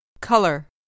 Color